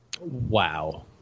Wow